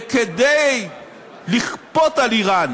וכדי לכפות על איראן